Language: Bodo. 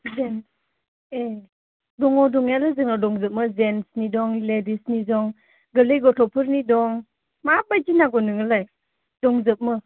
जेन्स ए दङ दंनायालाय जोंनाव दंजोबो जेन्सनि दं लेदिसनि दं गोरलै गथ'फोरनि दं मा बायदि नांगौ नोंनोलाय दंजोबो